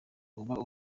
ubute